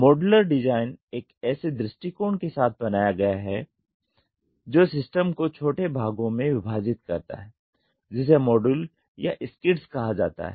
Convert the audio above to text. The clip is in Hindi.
मॉड्यूलर डिज़ाइन एक ऐसे दृष्टिकोण के साथ बनाया गया है जो सिस्टम को छोटे भागों में विभाजित करता है जिसे मॉड्यूल या स्किड्स कहा जाता है